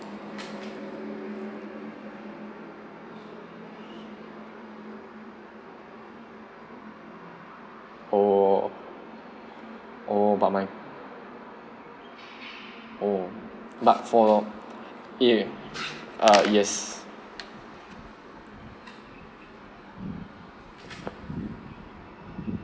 oh oh but my oh but for ya uh yes